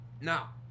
now